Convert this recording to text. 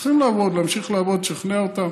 וצריכים לעבוד, להמשיך לעבוד ולשכנע אותם